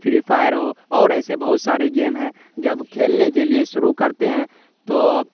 free fire ہو اور ایسے بہت سارے گیم ہیں جب کھیلنے کے لیے شروع کرتے ہیں تو